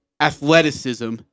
athleticism